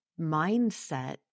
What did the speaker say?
mindset